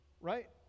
right